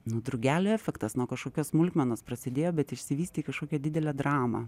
nu drugelio efektas nuo kažkokios smulkmenos prasidėjo bet išsivystė į kažkokią didelę dramą